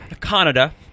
Canada